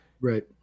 Right